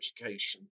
education